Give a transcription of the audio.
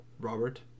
Robert